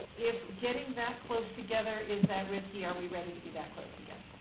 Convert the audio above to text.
if getting that close together is that risky are we ready to be that close together?